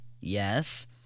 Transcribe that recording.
Yes